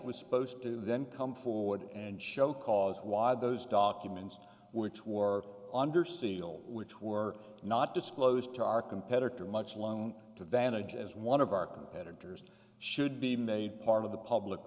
was supposed to then come forward and show cause why those documents which were under seal which were not disclosed to our competitor much loan to vantages one of our competitors should be made part of the public